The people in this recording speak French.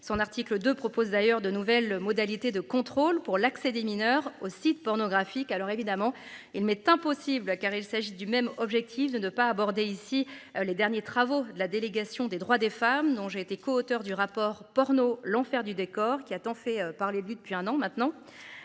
Son article 2 propose d'ailleurs de nouvelles modalités de contrôle pour l'accès des mineurs aux sites pornographiques. Alors évidemment il m'est impossible car il s'agit du même objectif de ne pas aborder ici les derniers travaux de la délégation des droits des femmes dont j'ai été coauteur du rapport porno l'enfer du décor qui a tant fait parler de lui depuis un an maintenant,